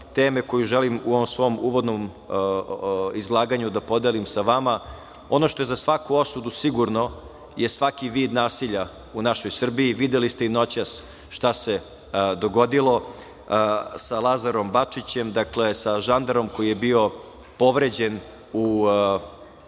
teme koju želim u svom uvodnom izlaganju da podelim sa vama. Ono što je za svaku osudu sigurno je svaki vid nasilja u našoj Srbiji. Videli ste i noćas šta se dogodilo sa Lazarom Bačićem, dakle sa žandarmom koji je bio povređen u blokadi